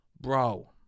bro